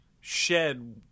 shed